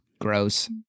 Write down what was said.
Gross